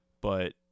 but-